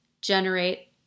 generate